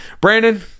Brandon